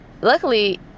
luckily